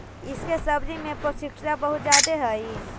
इसके सब्जी में पौष्टिकता बहुत ज्यादे हई